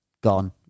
gone